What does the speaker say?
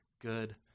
good